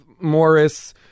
morris